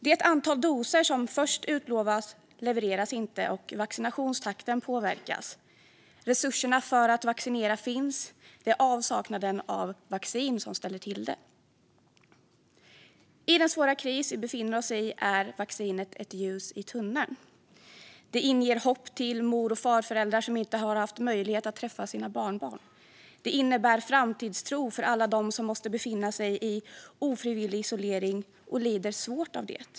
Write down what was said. Det antal doser som först utlovats levereras inte, och vaccinationstakten påverkas. Resurserna för att vaccinera finns; det är avsaknaden av vaccin som ställer till det. I den svåra kris vi befinner oss i är vaccinet ett ljus i tunneln. Det inger hopp till mor och farföräldrar som inte har haft möjlighet att träffa sina barnbarn. Det innebär framtidstro för alla dem som måste befinna sig i ofrivillig isolering och lider svårt av det.